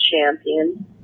champion